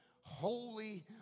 holy